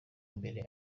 mbere